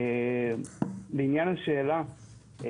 לעניין השאלה,